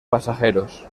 pasajeros